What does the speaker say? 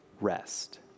rest